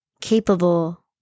capable